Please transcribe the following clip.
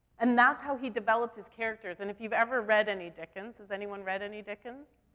and that's how he developed his characters and if you've ever read any dickens, has anyone read any dickens?